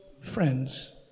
friends